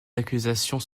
accusations